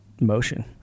motion